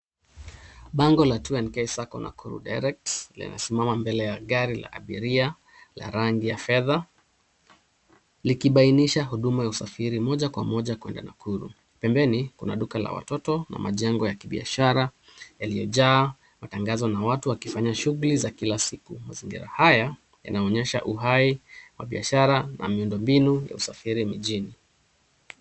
Bango la 2NK Sacco Nakuru Direct linasimama mbele ya gari la abiria la rangi ya fedha likibainisha huduma ya usafiri moja kwa moja kwenda Nakuru. Pembeni, kuna duka la watoto na majengo ya kibiashara yaliyojaa matangazo na watu wakifanya shughuli za kila siku. Mazingira haya yanaonyesha uhai wa biashara na miundombinu ya usafiri mijini.